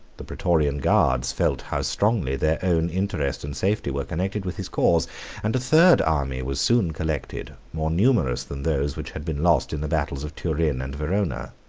the praetorian guards felt how strongly their own interest and safety were connected with his cause and a third army was soon collected, more numerous than those which had been lost in the battles of turin and verona.